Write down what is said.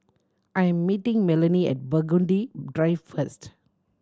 I am meeting Melony at Burgundy Drive first